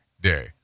Day